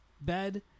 bed